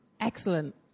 Excellent